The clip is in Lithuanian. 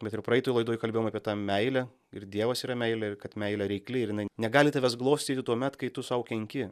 bet ir praeitoj laidoj kalbėjom apie tą meilę ir dievas yra meilė ir kad meilė reikli ir jinai negali tavęs glostyti tuomet kai tu sau kenki